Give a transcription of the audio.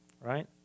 right